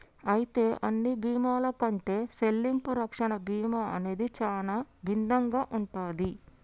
అయితే అన్ని బీమాల కంటే సెల్లింపు రక్షణ బీమా అనేది సానా భిన్నంగా ఉంటది